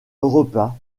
europa